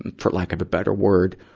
and for lack of a better word,